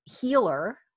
healer